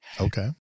Okay